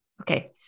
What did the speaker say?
Okay